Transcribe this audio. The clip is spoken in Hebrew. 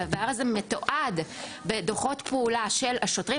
והדבר הזה מתועד בדוחות פעולה של שוטרים,